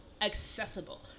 accessible